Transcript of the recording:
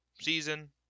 season